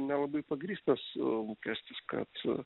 nelabai pagrįstas lūkestis kad